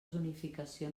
zonificació